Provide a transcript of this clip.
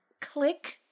click